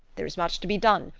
there is much to be done,